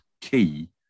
key